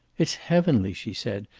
it's heavenly, she said.